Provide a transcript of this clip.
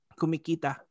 kumikita